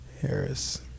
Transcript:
Harris